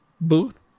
booth